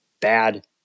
bad